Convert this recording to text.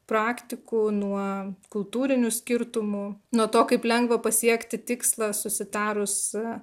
praktikų nuo kultūrinių skirtumų nuo to kaip lengva pasiekti tikslą susitarus